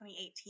2018